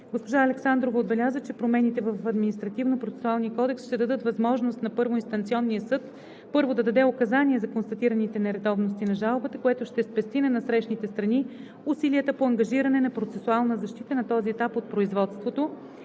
Госпожа Александрова отбеляза, че промените в Административнопроцесуалния кодекс ще дадат възможност на първоинстанционния съд първо да даде указания за констатираните нередовности на жалбата, което ще спести на насрещните страни усилията по ангажиране на процесуална защита на този етап от производството,